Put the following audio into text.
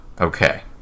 Okay